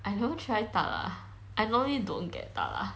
I never try 大辣 I normally don't get 大辣